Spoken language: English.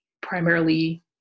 primarily